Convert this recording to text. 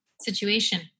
situation